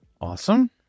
Awesome